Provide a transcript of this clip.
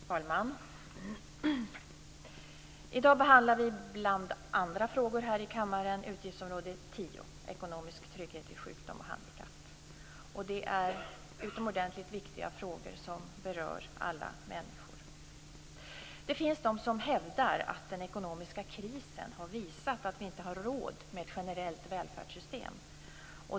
Fru talman! I dag behandlar vi bland andra frågor här i kammaren utgiftsområde 10, ekonomisk trygghet vid sjukdom och handikapp. Det är utomordentligt viktiga frågor som berör alla människor. Det finns de som hävdar att den ekonomiska krisen har visat att vi inte har råd med ett generellt välfärdssystem.